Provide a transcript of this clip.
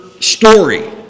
Story